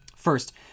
First